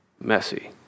messy